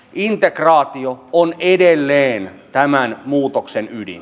integraatio on edelleen tämän muutoksen ydin